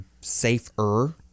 safer